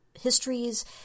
histories